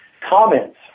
comments